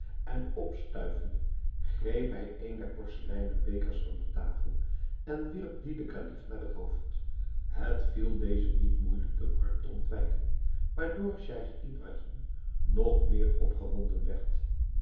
en opstuivende greep hij een der porseleinen bekers van de tafel en wierp dien den kalif naar het hoofd het viel dezen niet moeijelijk den worp te ontwijken waardoor scheich ibrahim nog meer opgewonden werd